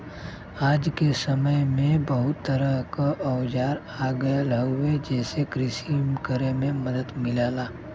आज क समय में बहुत तरह क औजार आ गयल हउवे जेसे कृषि करे में मदद मिलला